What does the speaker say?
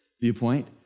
viewpoint